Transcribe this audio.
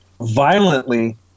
violently